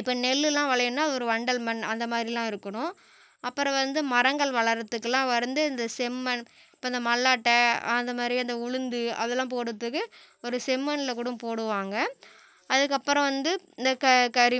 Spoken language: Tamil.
இப்போ நெல்லெல்லாம் விளையணும்னா ஒரு வண்டல் மண் அந்த மாதிரிலாம் இருக்கணும் அப்புறம் வந்து மரங்கள் வளர்கிறதுக்குலாம் வந்து இந்த செம்மண் இப்போ இந்த மல்லாட்டை அந்த மாதிரி அந்த உளுந்து அதெல்லாம் போடுறதுக்கு ஒரு செம்மண்ணில் கூட போடுவாங்க அதுக்கப்புறம் வந்து இந்த க கரி